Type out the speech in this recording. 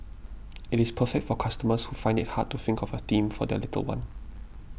it is perfect for customers who find it hard to think of a theme for their little one